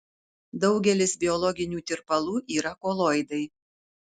daugelis biologinių tirpalų yra koloidai